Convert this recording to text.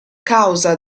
causa